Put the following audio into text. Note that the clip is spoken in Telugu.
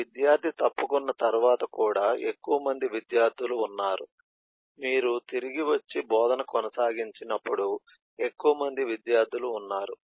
ఈ విద్యార్థి తప్పుకున్న తర్వాత కూడా ఎక్కువ మంది విద్యార్థులు ఉన్నారు మీరు తిరిగి వచ్చి బోధన కొనసాగించినప్పుడు ఎక్కువ మంది విద్యార్థులు ఉన్నారు